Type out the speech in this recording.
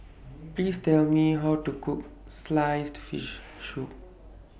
Please Tell Me How to Cook Sliced Fish Soup